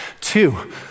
Two